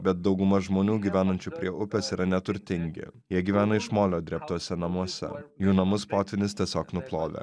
bet dauguma žmonių gyvenančių prie upės yra neturtingi jie gyvena iš molio drėbtuose namuose jų namus potvynis tiesiog nuplovė